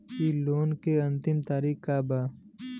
इ लोन के अन्तिम तारीख का बा?